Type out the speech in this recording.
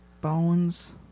Bones